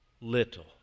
little